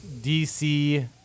DC